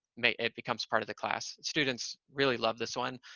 may, it becomes part of the class. students really love this one,